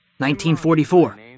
1944